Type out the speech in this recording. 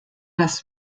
das